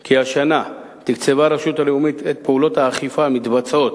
כי השנה תקצבה הרשות הלאומית את פעולות האכיפה המתבצעות